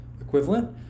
equivalent